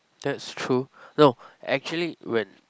that's true no actually when